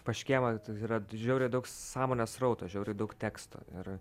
pas škėmą yra žiauriai daug sąmonės srauto žiauriai daug teksto ir